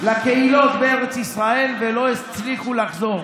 חושבים שחלק מהצדיקים שאנחנו מזכירים,